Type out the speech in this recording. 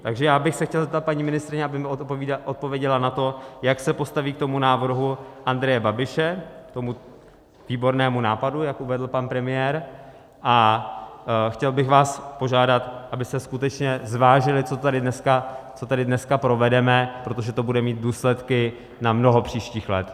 Takže já bych se chtěl zeptat paní ministryně, aby mi odpověděla na to, jak se postaví k tomu návrhu Andreje Babiše, k tomu výbornému nápadu, jak uvedl pan premiér, a chtěl bych vás požádat, abyste skutečně zvážili, co tady dneska provedeme, protože to bude mít důsledky na mnoho příštích let.